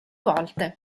volte